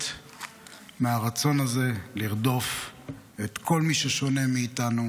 מהרצון הזה לרדוף את כל מי ששונה מאיתנו,